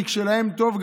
כי כשלהם טוב,